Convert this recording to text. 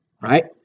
Right